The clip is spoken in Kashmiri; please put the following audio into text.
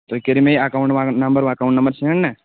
تُہۍ کٔرِو مےٚ یہِ اکاؤنٹ نمبر ویکاوُنٛٹ نمبر سینٛڈ نا